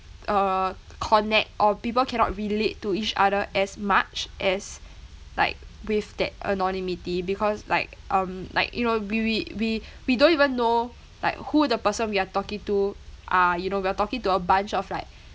uh connect or people cannot relate to each other as much as like with that anonymity because like um like you know we we we we don't even know like who the person we're talking to are you know we're talking to a bunch of like